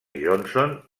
johnson